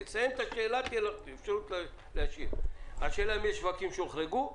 השאלה, האם יש שווקים שהם הוחרגו?